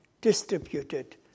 distributed